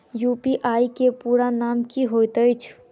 UPI केँ पूरा नाम की होइत अछि?